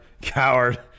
coward